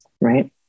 right